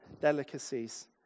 delicacies